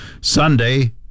Sunday